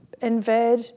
invade